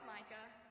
Micah